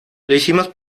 hicimos